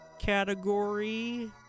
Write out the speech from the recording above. Category